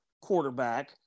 quarterback